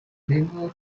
bingo